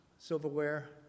silverware